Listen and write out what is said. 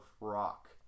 rock